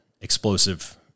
explosive